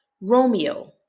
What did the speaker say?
Romeo